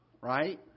right